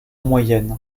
moyenne